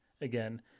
Again